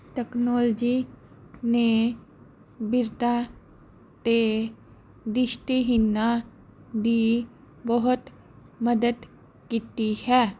technology ਨੇ ਬਿਰਦਾਂ ਅਤੇ ਦ੍ਰਿਸ਼ਟੀਹੀਨਾਂ ਦੀ ਬਹੁਤ ਮਦਦ ਕੀਤੀ ਹੈ